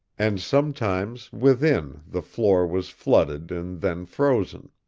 and sometimes within the floor was flooded and then frozen.